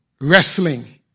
wrestling